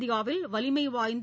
இந்தியாவில் வலிமைவாய்ந்த